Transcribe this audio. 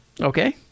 Okay